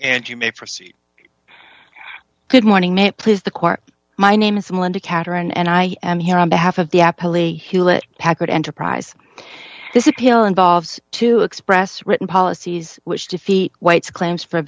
and you may proceed good morning may it please the court my name is melinda catherine and i am here on behalf of the hewlett packard enterprise this appeal involves to express written policies which defeat whites claims for